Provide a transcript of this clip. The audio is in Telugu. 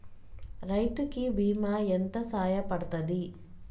రైతు కి బీమా ఎంత సాయపడ్తది?